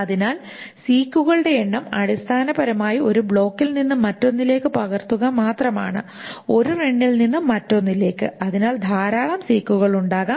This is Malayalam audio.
അതിനാൽ സീക്കുകളുടെ എണ്ണം അടിസ്ഥാനപരമായി ഒരു ബ്ലോക്കിൽ നിന്ന് മറ്റൊന്നിലേക്ക് പകർത്തുക മാത്രമാണ് ഒരു റണ്ണിൽ നിന്ന് മറ്റൊന്നിലേക്ക് അതിനാൽ ധാരാളം സീക്കുകൾ ഉണ്ടാകാം